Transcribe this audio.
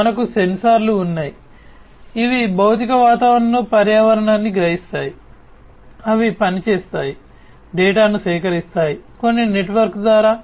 మనకు సెన్సార్లు ఉన్నాయి ఇవి భౌతిక వాతావరణంలో పర్యావరణాన్ని గ్రహిస్తాయి అవి పనిచేస్తాయి డేటాను సేకరిస్తాయి కొన్ని నెట్వర్క్ ద్వారా